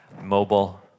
mobile